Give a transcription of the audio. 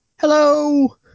Hello